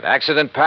Accident